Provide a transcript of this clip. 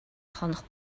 хонох